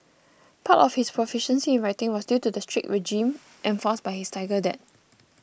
part of his proficiency in writing was due to the strict regime enforced by his tiger dad